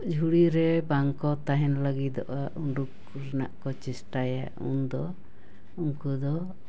ᱡᱷᱩᱲᱤ ᱨᱮ ᱵᱟᱝ ᱠᱚ ᱛᱟᱦᱮᱱ ᱞᱟᱹᱜᱤᱫᱼᱟ ᱩᱰᱩᱠ ᱨᱮᱱᱟᱜ ᱠᱚ ᱪᱮᱥᱴᱟᱭᱟ ᱩᱱ ᱫᱚ ᱩᱱᱠᱩ ᱫᱚ